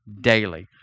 daily